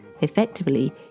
effectively